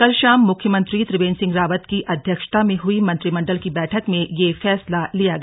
कल भााम मुख्यमंत्री त्रिवेंद्र रावत की अध्यक्षता में हई मंत्रीमण्डल की बैठक में यह फैसला लिया गया